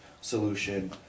solution